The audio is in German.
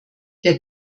der